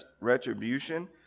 retribution